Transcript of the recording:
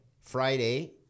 Friday